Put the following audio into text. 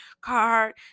card